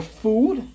food